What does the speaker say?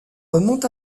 remontent